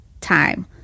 time